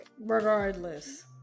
Regardless